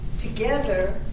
together